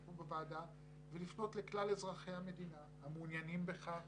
כאן בוועדה ולפנות לכלל אזרחי המדינה המעוניינים בכך,